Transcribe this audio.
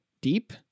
deep